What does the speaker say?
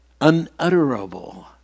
unutterable